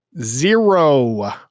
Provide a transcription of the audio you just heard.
Zero